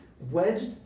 Wedged